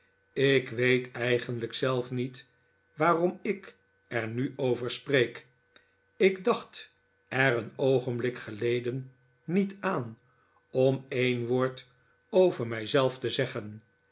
ik weet eigenlijk zelf niet waarom ik er nu over spreek ik dacht er een oogenblik geleden niet aan om een woord over mijzelf te zeggen